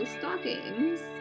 stockings